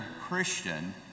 Christian